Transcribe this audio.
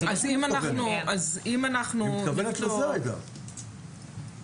היא מתכוונת לזה, עאידה.